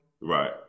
Right